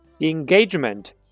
Engagement